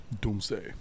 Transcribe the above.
Doomsday